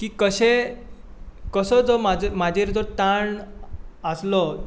की कशें कसो जो म्हजे म्हजेर जो ताण आसलो